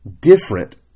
different